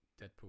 deadpool